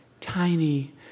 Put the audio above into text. tiny